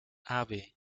ave